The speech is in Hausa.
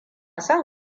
son